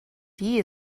die